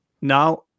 now